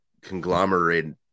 conglomerate